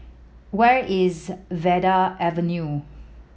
where is Vanda Avenue